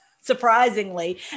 surprisingly